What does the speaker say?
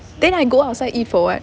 then I go outside eat for [what]